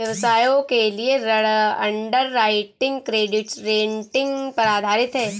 व्यवसायों के लिए ऋण अंडरराइटिंग क्रेडिट रेटिंग पर आधारित है